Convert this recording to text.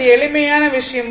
இது எளிமையான விஷயம்